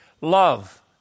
love